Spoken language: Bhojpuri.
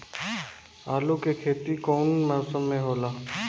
आलू के खेती कउन मौसम में होला?